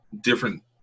different